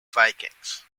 vikings